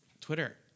Twitter